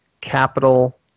capital